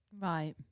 Right